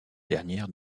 dernière